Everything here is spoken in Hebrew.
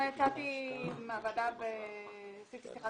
יצאתי מהוועדה ועשיתי שיחת